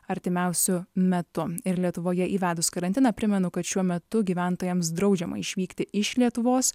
artimiausiu metu ir lietuvoje įvedus karantiną primenu kad šiuo metu gyventojams draudžiama išvykti iš lietuvos